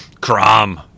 crom